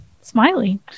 Smiley